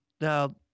Now